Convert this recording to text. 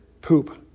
Poop